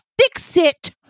fix-it